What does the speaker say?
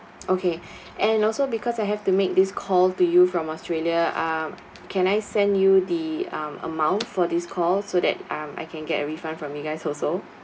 okay and also because I have to make this call to you from australia um can I send you the um amount for this call so that um I can get a refund from you guys also